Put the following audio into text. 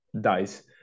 dice